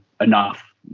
enough